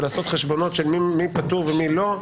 ולעשות חשבונות של מי פטור ומי לא?